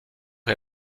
est